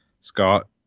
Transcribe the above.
Scott